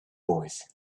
boys